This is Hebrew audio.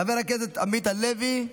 חבר הכנסת עמית הלוי,